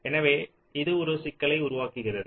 எனவே இது ஒரு சிக்கலை உருவாக்குகிறது